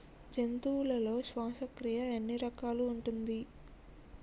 జంతువులలో శ్వాసక్రియ ఎన్ని రకాలు ఉంటది?